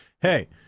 Hey